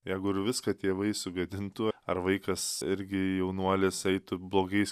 jeigu ir viską tėvai sugėdintų ar vaikas irgi jaunuolis eitų blogais